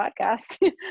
podcast